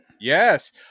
Yes